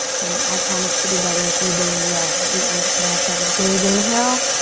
i promise to do better if you do as well. we owe it to ourselves. big inhale.